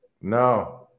No